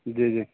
جی جی